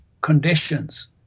conditions